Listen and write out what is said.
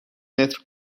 متر